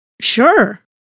Sure